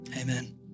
Amen